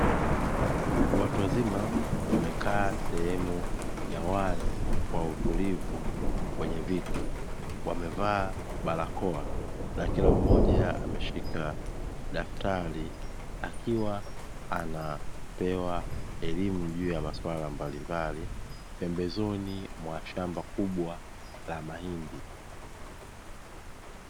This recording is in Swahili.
Watu wazima wamekaa sehemu ya wazi kwa utulivu kwenye viti, wamevaa barakoa na kila mmoja ameshika daftari akiwa anapewa elimu juu ya maswala mbalimbali, pembezoni mwa shamba kubwa la mahindi.